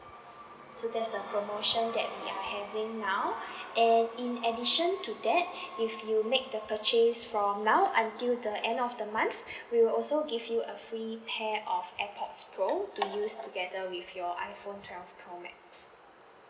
so that's the promotion that we are having now and in addition to that if you make the purchase from now until the end of the month we will also give you a free pair of airpods pro to use together with your iphone twelve pro max